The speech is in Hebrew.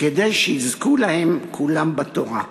כדי שיזכו כולם לתורה.